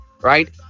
Right